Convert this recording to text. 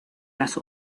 las